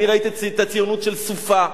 אני ראיתי את הציונות של סופה,